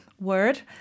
word